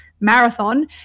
marathon